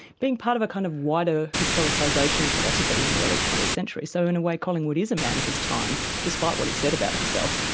being part of a kind of wider historicisation of philosophy in the early twentieth century. so in a way, collingwood is a man of his time, despite what he said about himself.